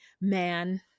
man